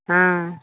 हँ